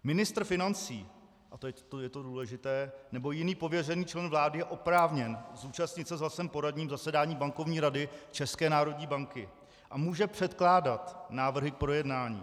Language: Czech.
Ministr financí a teď je to důležité nebo jiný pověřený člen vlády je oprávněn zúčastnit se s hlasem poradním zasedání Bankovní rady České národní banky a může předkládat návrhy k projednání.